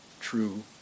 true